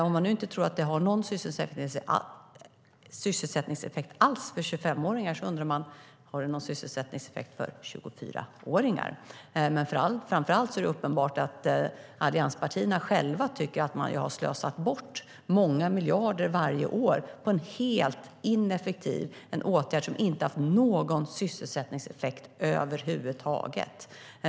Om man inte tror att det inte har någon sysselsättningseffekt alls för 25-åringar undrar man: Har det då någon sysselsättningseffekt för 24-åringar? Framför allt är det uppenbart att allianspartierna själva tycker att man har slösat bort många miljarder varje år på en helt ineffektiv åtgärd som inte har haft någon sysselsättningseffekt över huvud taget.